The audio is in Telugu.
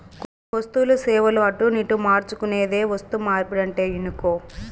కొన్ని వస్తువులు, సేవలు అటునిటు మార్చుకునేదే వస్తుమార్పిడంటే ఇనుకో